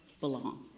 belong